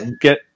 get